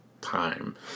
time